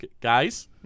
Guys